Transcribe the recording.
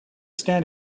stand